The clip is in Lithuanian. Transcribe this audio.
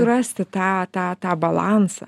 rasti tą tą tą balansą